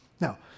Now